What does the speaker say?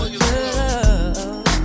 love